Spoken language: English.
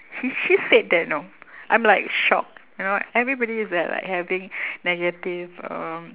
he she said that know I'm like shocked you know everybody is there like having negative um